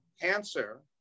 cancer